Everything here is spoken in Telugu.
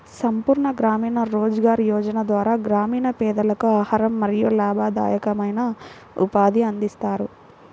సంపూర్ణ గ్రామీణ రోజ్గార్ యోజన ద్వారా గ్రామీణ పేదలకు ఆహారం మరియు లాభదాయకమైన ఉపాధిని అందిస్తారు